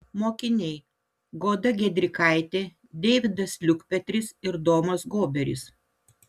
mokiniai goda giedrikaitė deividas liukpetris ir domas goberis